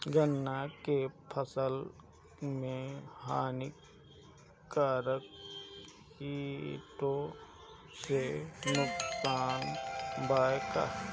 गन्ना के फसल मे हानिकारक किटो से नुकसान बा का?